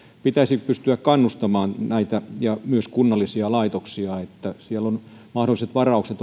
pitäisi pystyä kannustamaan näitä ja myös kunnallisia laitoksia että siellä on mahdolliset varaukset